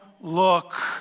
look